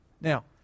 Now